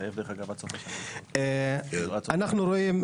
אנחנו רואים,